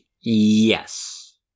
Yes